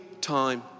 time